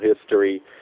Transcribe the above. history